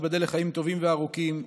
שתיבדל לחיים טובים וארוכים,